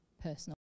personal